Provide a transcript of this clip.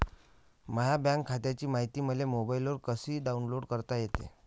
माह्या बँक खात्याची मायती मले मोबाईलवर कसी डाऊनलोड करता येते?